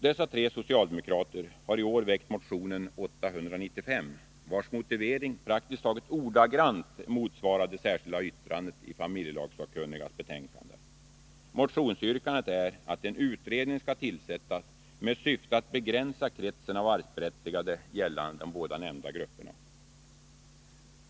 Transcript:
Dessa tre socialdemokrater har i år väckt motionen 895, vars motivering praktiskt taget ordagrant motsvarar det särskilda yttrandet i familjelagssakkunnigas betänkande. Motionsyrkandet är att en utredning skall tillsättas med syfte att begränsa kretsen av arvsberättigade gällande de båda nämnda grupperna.